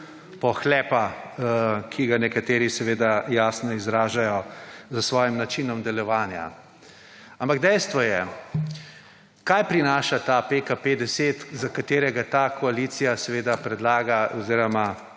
pohlepa, ki ga nekateri jasno izražajo s svojim načinom delovanja. Ampak dejstvo je, kaj prinaša ta PKP10, za katerega ta koalicija zagovarja, da